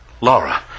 Laura